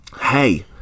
Hey